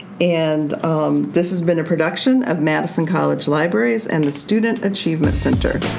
and this has been a production of madison college libraries and the student achievement center.